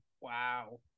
wow